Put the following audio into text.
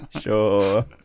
Sure